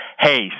hey